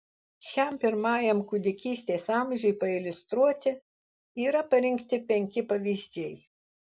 šiam pirmajam kūdikystės amžiui pailiustruoti yra parinkti penki pavyzdžiai